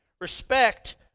Respect